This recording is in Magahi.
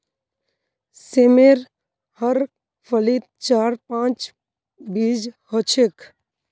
सेमेर हर फलीत चार पांच बीज ह छेक